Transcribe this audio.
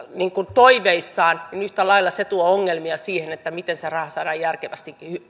toiveissaan niin se tuo ongelmia siihen miten se raha saadaan järkevästi